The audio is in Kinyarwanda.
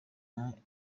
yanjye